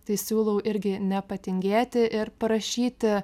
tai siūlau irgi nepatingėti ir parašyti